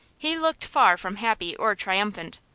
he looked far from happy or triumphant.